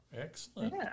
Excellent